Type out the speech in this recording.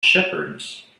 shepherds